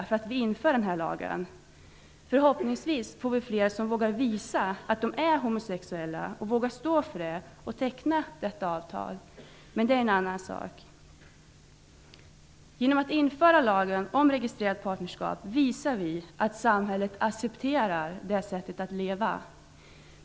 Förhoppningsvis får vi fler som vågar visa att de är homosexuella, vågar stå för det och teckna detta avtal. Men det är en annan sak. Genom att införa lagen om registrerat partnerskap visar vi att samhället accepterar detta sätt att leva.